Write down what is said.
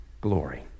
glory